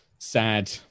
Sad